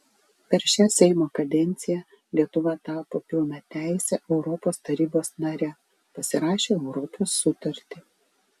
per šią seimo kadenciją lietuva tapo pilnateise europos tarybos nare pasirašė europos sutartį